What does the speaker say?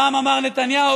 פעם אמר נתניהו,